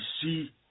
see